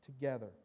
together